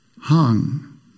hung